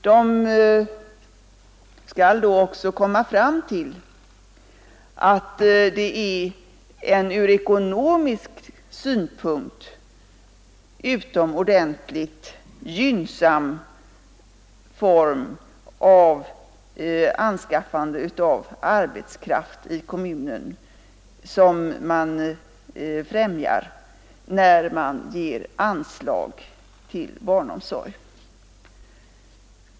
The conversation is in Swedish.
De skall då också komma fram till att man främjar en från ekonomisk synpunkt utomordentligt gynnsam form för anskaffande av arbetskraft i kommunen, när man ger anslag till barnomsorg.